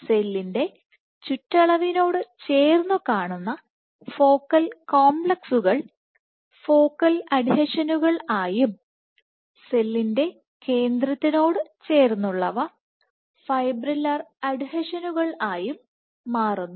സെല്ലിന്റെ ചുറ്റളവിനോട് ചേർന്നു കാണുന്ന ഫോക്കൽ കോംപ്ലക്സുകൾ ഫോക്കൽ അഡ്ഹീഷനുൾ ആയും സെല്ലിന്റെ കേന്ദ്രത്തിനോട് ചേർന്നുള്ളവ ഫൈബ്രില്ലർ അഡ്ഹീഷനുകൾ ആയുംമാറുന്നു